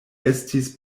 estis